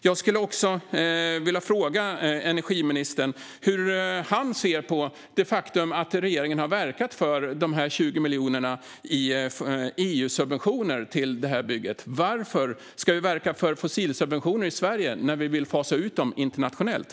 Jag skulle också vilja fråga energiministern hur han ser på det faktum att regeringen har verkat för dessa 20 miljoner i EU-subventioner till det här bygget. Varför ska vi verka för fossilsubventioner i Sverige när vi vill fasa ut dem internationellt?